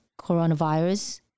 coronavirus